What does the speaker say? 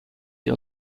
sie